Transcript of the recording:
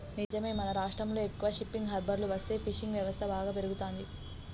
నిజమే మన రాష్ట్రంలో ఎక్కువ షిప్పింగ్ హార్బర్లు వస్తే ఫిషింగ్ వ్యవస్థ బాగా పెరుగుతంది